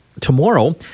Tomorrow